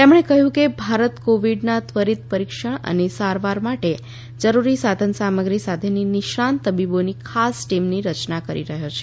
તેમણે કહ્યું કે ભારત કોવીડના ત્વરીત પરીક્ષણ અને સારવાર માટે જરૂરી સાધન સામગ્રી સાથેની નિષ્ણાંત તબીબોની ખાસ ટીમની રચના કરી રહ્યો છે